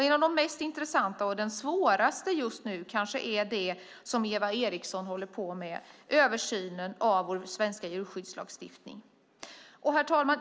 En av de mest intressanta och den svåraste just nu kanske är den som Eva Eriksson håller på med, översynen av vår svenska djurskyddslagstiftning. Herr talman!